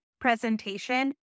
presentation